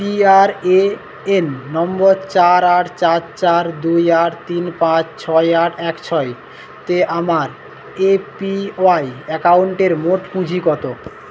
P R A N নম্বর চার আট চার চার দুই আট তিন পাঁচ ছয় আট এক ছয়তে আমার এ পি ওয়াই অ্যাকাউন্টের মোট পুঁজি কত